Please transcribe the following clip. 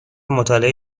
مطالعه